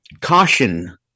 Caution